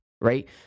right